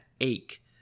ache